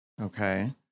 Okay